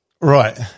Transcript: Right